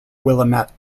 willamette